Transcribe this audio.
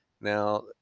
now